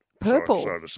Purple